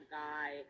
guy